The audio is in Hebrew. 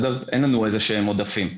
אין לנו איזשהם עודפים.